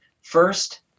first